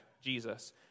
Jesus